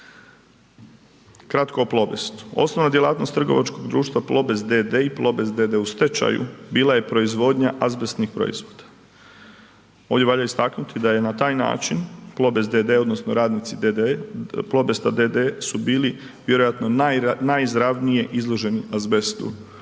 Kratko o Plobestu. Osnovna djelatnost trgovačkog društva Plobest d.d. i Plobest d.d. u stečaju, bila je proizvodnja azbestnim proizvoda. Ovdje valja istaknuti da je na taj način Plobest d.d., odnosno radnici d.d., Plobesta d.d. su bili vjerojatno najizravnije izloženi azbestu